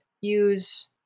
use